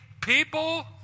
people